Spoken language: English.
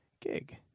gig